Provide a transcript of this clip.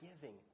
giving